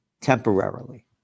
temporarily